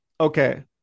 okay